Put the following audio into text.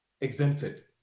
exempted